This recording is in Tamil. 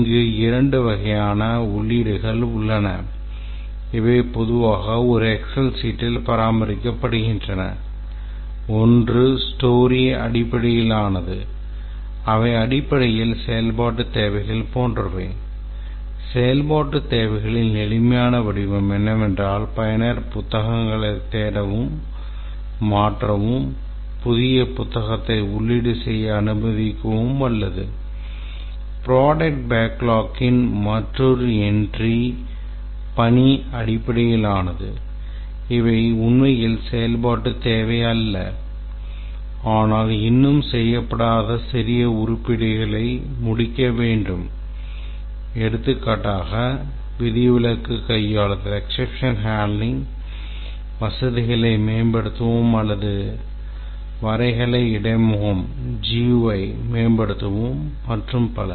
இங்கு இரண்டு வகையான உள்ளீடுகள் உள்ளன இவை பொதுவாக ஒரு எக்செல் சீட்டில் பராமரிக்கப்படுகின்றன ஒன்று story அடிப்படையிலானது அவை அடிப்படையில் செயல்பாட்டுத் தேவைகள் போன்றவை செயல்பாட்டுத் தேவைகளின் எளிமையான வடிவம் என்னவென்றால் பயனர் புத்தகத்தை தேடவும் மாற்றவும் மேம்படுத்தவும் மற்றும் பல